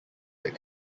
that